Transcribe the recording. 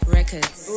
Records